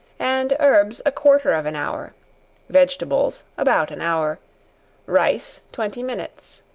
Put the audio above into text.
and herbs a quarter of an hour vegetables, about an hour rice, twenty minutes.